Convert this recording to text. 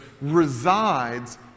resides